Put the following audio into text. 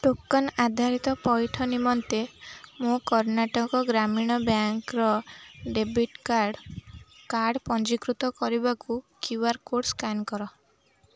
token ଆଧାରିତ ପଇଠ ନିମନ୍ତେ ମୋ କର୍ଣ୍ଣାଟକ ଗ୍ରାମୀଣ ବ୍ୟାଙ୍କ୍ର ଡେବିଟ୍ କାର୍ଡ଼୍ କାର୍ଡ଼ ପଞ୍ଜୀକୃତ କରିବାକୁ କ୍ୟୁ ଆର କୋଡ଼ ସ୍କାନ କର